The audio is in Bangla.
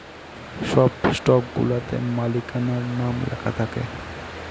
সব স্টকগুলাতে মালিকানার নাম লেখা থাকে